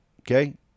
Okay